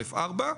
א.4,